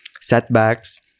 Setbacks